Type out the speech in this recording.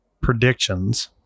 predictions